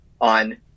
on